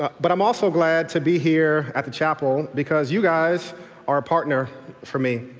but i'm also glad to be here at the chapel because you guys are a partner for me.